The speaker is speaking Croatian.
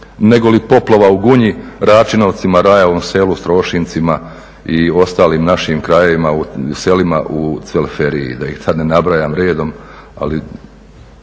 negoli poplava u Gunji, Račinovcima, Rajevom Selu, Strošincima i ostalim našim krajevima, selima u Cvelferiji da ih sad ne nabrajam redom ali